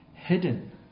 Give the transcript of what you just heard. Hidden